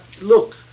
look